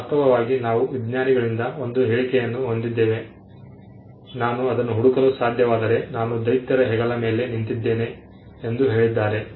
ವಾಸ್ತವವಾಗಿ ನಾವು ವಿಜ್ಞಾನಿಗಳಿಂದ ಒಂದು ಹೇಳಿಕೆಯನ್ನು ಹೊಂದಿದ್ದೇವೆ ನಾನು ಅದನ್ನು ಹುಡುಕಲು ಸಾಧ್ಯವಾದರೆ ನಾನು ದೈತ್ಯರ ಹೆಗಲ ಮೇಲೆ ನಿಂತಿದ್ದೇನೆ ಎಂದು ಹೇಳಿದ್ದಾರೆ